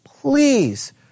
please